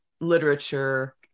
literature